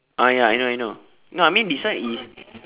ah ya I know I know no I mean this one is